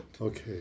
Okay